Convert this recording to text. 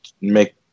make